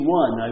one